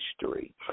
history